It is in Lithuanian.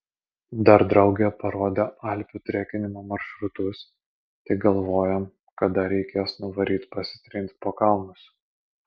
dar draugė parodė alpių trekinimo maršrutus tai galvojam kada reikės nuvaryt pasitrinti po kalnus